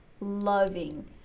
loving